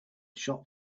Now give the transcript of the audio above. shop